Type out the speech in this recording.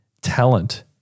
talent